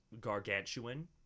gargantuan